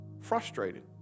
Frustrated